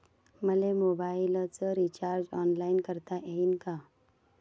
मले मोबाईलच recharge online करता येईन का?